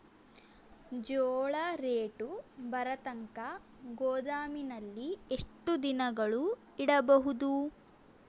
ಜೋಳ ರೇಟು ಬರತಂಕ ಗೋದಾಮಿನಲ್ಲಿ ಎಷ್ಟು ದಿನಗಳು ಯಿಡಬಹುದು?